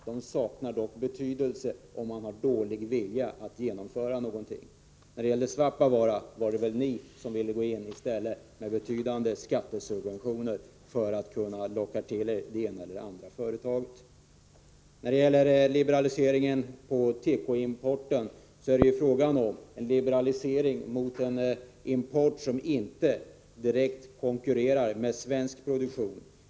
De saknar dock betydelse om man har bristande vilja att genomföra någonting. I fallet Svappavaara var det ju ni som ville ha betydande skattesubventioner för att kunna locka dit både det ena och det andra företaget. Liberaliseringen av tekoimporten gäller en liberalisering i förhållande till en import som inte direkt konkurrerar med svensk produktion.